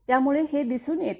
त्यामुळे हे दिसून येते